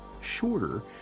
shorter